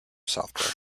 software